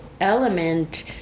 element